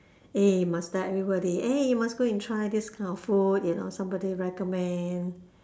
eh must tell everybody eh you must go and try this kind of food you know somebody recommend